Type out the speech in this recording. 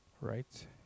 right